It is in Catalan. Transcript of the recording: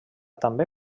també